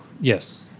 Yes